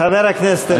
חבר הכנסת אראל מרגלית.